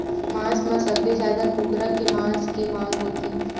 मांस म सबले जादा कुकरा के मांस के मांग होथे